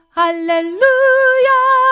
hallelujah